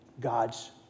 God's